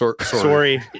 Sorry